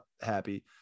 happy